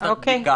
הוא יצטרך בדיקה.